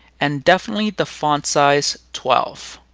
and definitely the font size twelve.